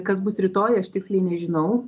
kas bus rytoj aš tiksliai nežinau